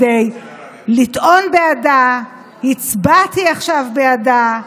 והרווחה כדי לטעון בעדה, הצבעתי עכשיו בעדה,